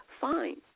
fine